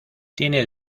tiene